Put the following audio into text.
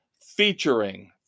featuring